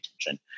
attention